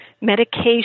medication